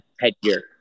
headgear